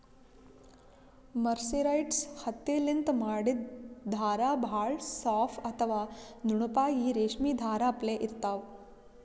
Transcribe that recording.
mercerised ಹತ್ತಿಲಿಂತ್ ಮಾಡಿದ್ದ್ ಧಾರಾ ಭಾಳ್ ಸಾಫ್ ಅಥವಾ ನುಣುಪಾಗಿ ರೇಶ್ಮಿ ಧಾರಾ ಅಪ್ಲೆ ಇರ್ತಾವ್